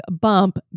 Bump